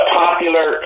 popular